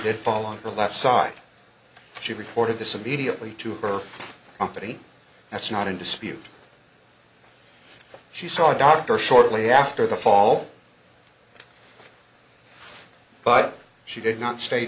did fall on her left side she reported this immediately to her company that's not in dispute she saw dr shortly after the fall but she did not state